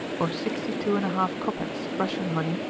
or sixty-two and a half copecks, russian money,